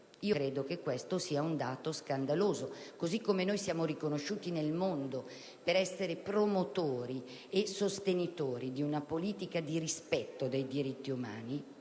mio giudizio, questo è un dato scandaloso. Siamo riconosciuti nel mondo per essere promotori e sostenitori di una politica di rispetto dei diritti umani